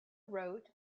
wrote